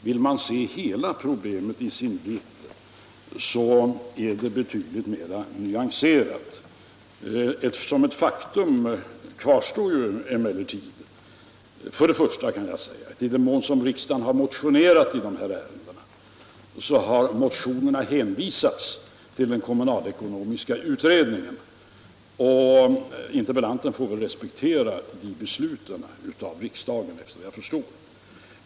Vill man se problemet i hela dess vidd är det betydligt mer nyanserat. Som ett faktum kvarstår emellertid att i den mån det i riksdagen har motionerats i dessa ärenden har motionerna hänvisats till den kommunalekonomiska utredningen, och interpellanten får väl respektera dessa beslut av riksdagen.